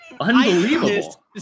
Unbelievable